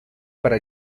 para